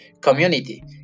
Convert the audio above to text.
community